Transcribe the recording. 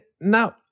No